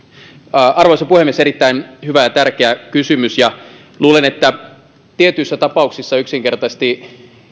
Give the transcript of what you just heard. arvoisa puhemies erittäin hyvä ja tärkeä kysymys luulen että tietyissä tapauksissa yksinkertaisesti